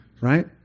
right